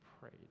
prayed